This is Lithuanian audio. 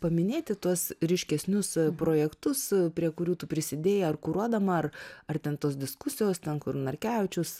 paminėti tuos ryškesnius projektus prie kurių tu prisidėjai ar kuruodama ar ar ten tos diskusijos ten kur narkevičius